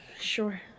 sure